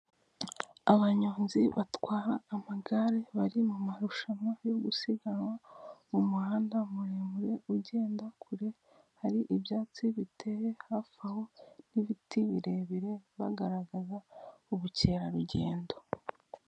Abanyonzi batwara amagare bari mumarushanwa yo gusiganwa mu muhanda muremure ,ugenda kure hari ibyatsi biteye hafi aho n'ibiti birebire bagaragaza ubukerarugendo.